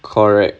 correct